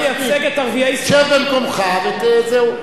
שב במקומך, וזהו.